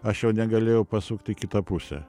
aš jau negalėjau pasukt į kitą pusę